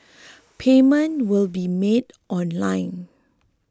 payment will be made online